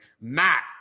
Matt